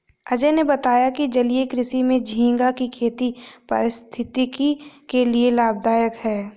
अजय ने बताया कि जलीय कृषि में झींगा की खेती पारिस्थितिकी के लिए लाभदायक है